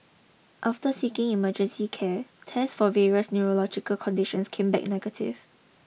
after seeking emergency care tests for various neurological conditions came back negative